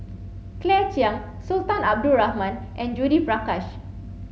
Claire Chiang Sultan Abdul Rahman and Judith Prakash